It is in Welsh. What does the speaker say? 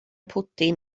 pwdin